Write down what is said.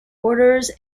orders